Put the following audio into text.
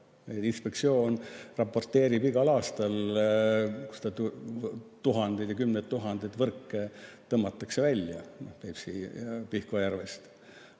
Inspektsioon raporteerib igal aastal, et tuhandeid ja kümneid tuhandeid võrke tõmmatakse välja Peipsi-Pihkva järvest.